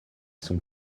sont